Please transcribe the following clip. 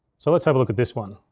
so let's have a look at this one,